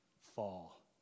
fall